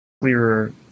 clearer